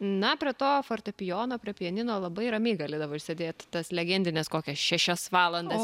na prie to fortepijono prie pianino labai ramiai galėdavo išsėdėt tas legendines kokias šešias valandas